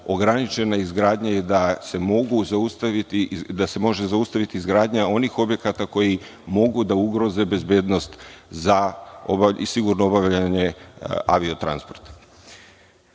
ograničena izgradnja i da se može zaustaviti izgradnja onih objekata koji mogu da ugroze bezbednost za sigurno obavljanje avio transporta. Jednu